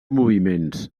moviments